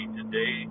today